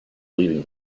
leaving